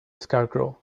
scarecrow